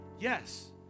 Yes